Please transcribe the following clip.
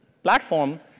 platform